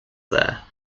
there